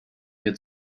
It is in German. mir